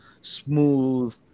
smooth